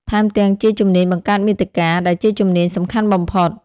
ថែមទាំងជាជំនាញបង្កើតមាតិកា ដែលជាជំនាញសំខាន់បំផុត។